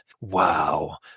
Wow